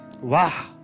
wow